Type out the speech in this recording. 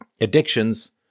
addictions